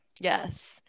yes